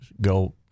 go